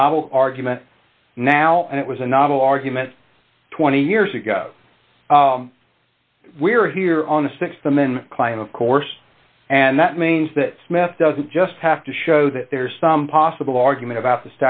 novel argument now and it was a novel argument twenty years ago we're here on the six the men client of course and that means that smith doesn't just have to show that there's some possible argument about the